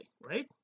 right